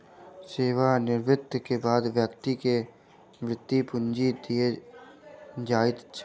सेवा निवृति के बाद व्यक्ति के वृति पूंजी देल जाइत अछि